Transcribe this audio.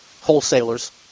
wholesalers